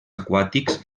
aquàtics